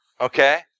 Okay